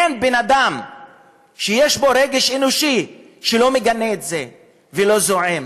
אין בן-אדם שיש בו רגש אנושי שלא מגנה את זה ולא זועם